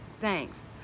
thanks